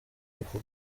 ako